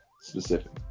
specific